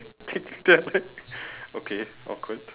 okay awkward